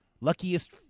luckiest